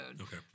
Okay